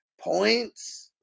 points